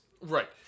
Right